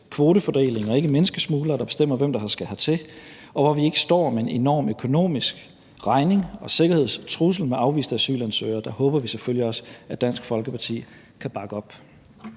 kvotefordeling og ikke menneskesmuglere, der bestemmer, hvem der skal hertil, og hvor vi ikke står med en enorm økonomisk regning og sikkerhedstrussel med afviste asylansøgere, og det håber vi selvfølgelig også at Dansk Folkeparti kan bakke op